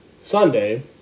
Sunday